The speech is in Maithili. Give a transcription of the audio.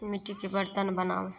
मिट्टीके बरतन बनबै